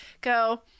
go